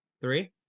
Three